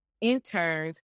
interns